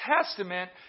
Testament